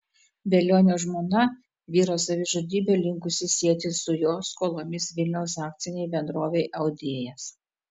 velionio žmona vyro savižudybę linkusi sieti su jo skolomis vilniaus akcinei bendrovei audėjas